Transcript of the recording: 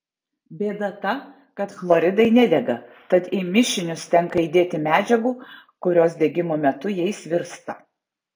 bėda ta kad chloridai nedega tad į mišinius tenka įdėti medžiagų kurios degimo metu jais virsta